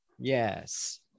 Yes